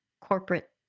corporate